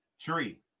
tree